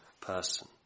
person